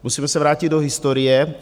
Musíme se vrátit do historie.